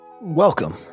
welcome